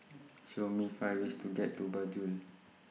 Show Me five ways to get to Banjul